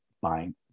buying